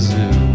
zoo